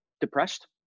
depressed